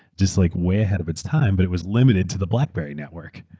just like way ahead of its time but it was limited to the blackberry network.